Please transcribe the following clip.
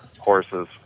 horses